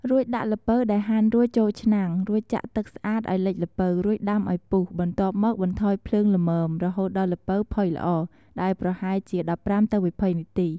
រួចដាក់ល្ពៅដែលហាន់រួចចូលឆ្នាំង រួចចាក់ទឹកស្អាតឲ្យលិចល្ពៅ រួចដាំឲ្យពុះ បន្ទាប់មកបន្ថយភ្លើងល្មម រហូតដល់ល្ពៅផុយល្អ ដែលប្រហែលជា ១៥-២០ នាទី។